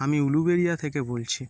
আমি উলুবেরিয়া থেকে বলছি